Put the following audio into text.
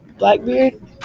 Blackbeard